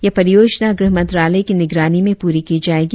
यह परियोजना गृह मंत्रालय की निगरानी में पूरी की जाएगी